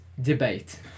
debate